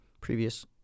previous